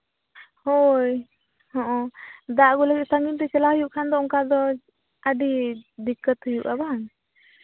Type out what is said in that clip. ᱦᱳᱭ ᱦᱚᱸᱜᱼᱚ ᱫᱟᱜ ᱟᱹᱜᱩ ᱞᱟᱹᱜᱤᱫ ᱥᱟᱺᱜᱤᱧ ᱛᱮ ᱪᱟᱞᱟᱜ ᱦᱩᱭᱩᱜ ᱠᱷᱟᱱ ᱫᱚ ᱚᱱᱠᱟ ᱫᱚ ᱟᱹᱰᱤ ᱫᱤᱠᱠᱟᱛ ᱦᱩᱭᱩᱜᱼᱟ ᱵᱟᱝ